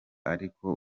ariko